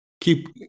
keep